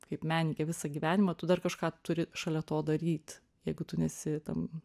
kaip menininkė visą gyvenimą tu dar kažką turi šalia to daryti jeigu tu nesi tam